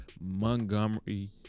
Montgomery